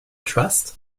trust